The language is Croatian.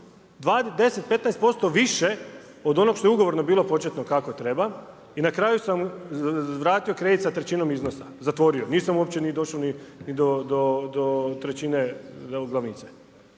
10, 15% više od onog što je ugovorno bilo početno kako treba i na kraju sam vratio kredit sa trećinom iznosa, zatvorio, nisam uopće došao ni do trećine glavnice